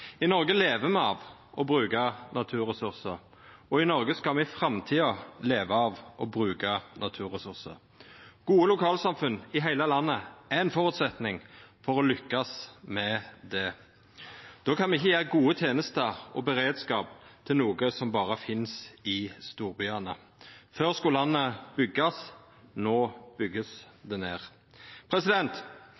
i Noreg lever me av å bruka naturressursar, og i Noreg skal me i framtida leva av å bruka naturressursar. Gode lokalsamfunn i heile landet er ein føresetnad for å lukkast med det. Då kan me ikkje gjera gode tenester og beredskap til noko som berre finst i storbyane. Før skulle landet byggjast. No vert det bygd ned. Dei neste vekene skal